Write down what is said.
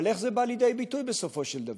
אבל איך זה בא לידי ביטוי בסופו של דבר?